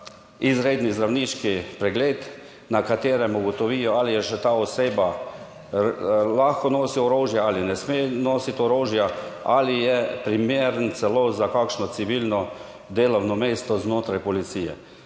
izredni zdravniški pregled, na katerem ugotovijo, ali še ta oseba lahko nosi orožje ali ne sme nositi orožja, ali je primeren celo za kakšno civilno delovno mesto znotraj policije.